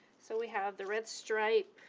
so we have the red stripe